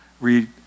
read